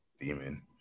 demon